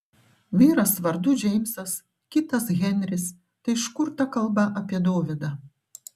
vyras vardu džeimsas kitas henris tai iš kur ta kalba apie dovydą